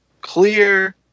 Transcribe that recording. clear